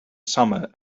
summer